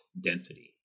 density